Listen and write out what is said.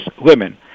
women